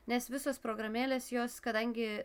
nes visos programėlės jos kadangi